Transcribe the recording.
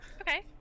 Okay